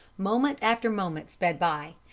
moment after moment sped by,